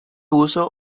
uso